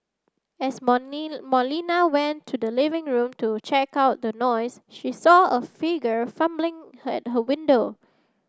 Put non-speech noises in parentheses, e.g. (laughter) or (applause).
as (unintelligible) Molina went to the living room to check out the noise she saw a figure fumbling (unintelligible) at her window